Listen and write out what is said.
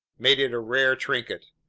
made it a rare trinket.